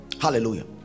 Hallelujah